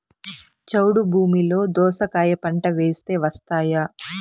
చౌడు భూమిలో దోస కాయ పంట వేస్తే వస్తాయా?